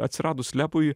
atsiradus lepui